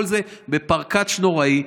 כל זה בפרטץ' נוראי,